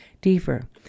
deeper